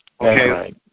Okay